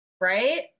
right